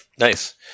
Nice